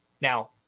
Now